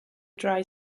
dry